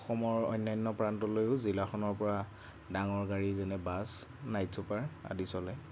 অসমৰ অন্যান্য প্ৰান্তলৈয়ো জিলাখনৰ পৰা ডাঙৰ গাড়ী যেনে বাছ নাইট ছুপাৰ আদি চলে